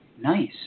Nice